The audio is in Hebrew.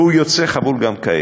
והוא יוצא חבול גם כעת,